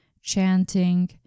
chanting